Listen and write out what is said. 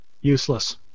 Useless